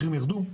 מחירים ירדו,